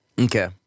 Okay